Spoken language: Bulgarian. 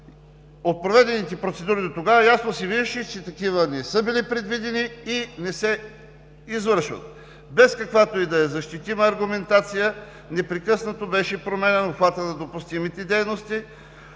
от проведените процедури дотогава ясно се виждаше, че такива не са били предвидени и не се извършват. Без каквато и да е защитима аргументация, непрекъснато беше променян обхватът на допустимите дейности